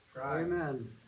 Amen